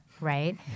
right